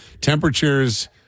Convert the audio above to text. temperatures